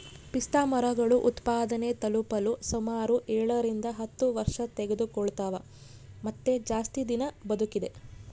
ಪಿಸ್ತಾಮರಗಳು ಉತ್ಪಾದನೆ ತಲುಪಲು ಸುಮಾರು ಏಳರಿಂದ ಹತ್ತು ವರ್ಷತೆಗೆದುಕೊಳ್ತವ ಮತ್ತೆ ಜಾಸ್ತಿ ದಿನ ಬದುಕಿದೆ